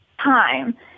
time